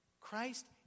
Christ